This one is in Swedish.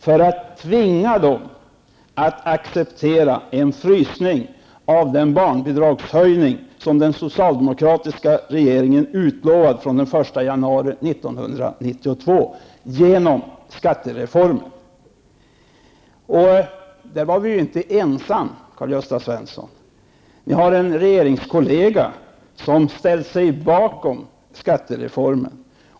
Man ville tvinga Ny Demokrati att acceptera en frysning beträffande den barnbidragshöjning som den socialdemokratiska regeringen i samband med skattereformen utlovat skulle gälla från den 1 januari 1992. I det sammanhanget var vi inte ensamma, Karl-Gösta Svenson! Ni har en regeringskollega som har ställt sig bakom skattereformen.